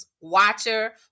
watcher